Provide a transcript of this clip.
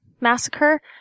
massacre